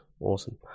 awesome